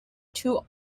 two